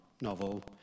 novel